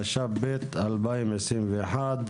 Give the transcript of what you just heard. התשפ"ב-2021,